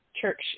church